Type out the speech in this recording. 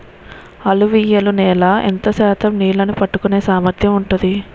అలువియలు నేల ఎంత శాతం నీళ్ళని పట్టుకొనే సామర్థ్యం ఉంటుంది?